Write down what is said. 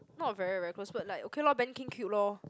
not very very close but like okay lor Ben-kheng cute lor